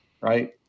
right